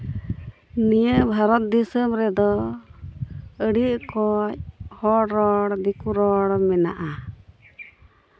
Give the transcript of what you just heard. ᱱᱤᱭᱟᱹ ᱵᱷᱟᱨᱚᱛ ᱫᱤᱥᱚᱢ ᱨᱮᱫᱚ ᱟᱹᱰᱤ ᱚᱠᱚᱡ ᱦᱚᱲ ᱨᱚᱲ ᱫᱤᱠᱩ ᱨᱚᱲ ᱢᱮᱱᱟᱜᱼᱟ